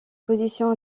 position